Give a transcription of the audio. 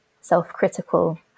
self-critical